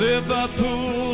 Liverpool